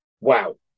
Wow